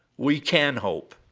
we can hope,